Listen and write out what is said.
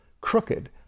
crooked